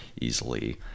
easily